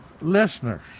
listeners